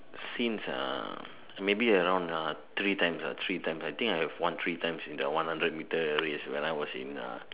since uh maybe around ah three times ah three times I think I've won three times in the hundred metre race when I was in uh